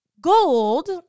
gold